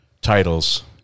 titles